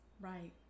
Right